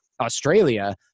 Australia